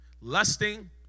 Lusting